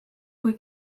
kui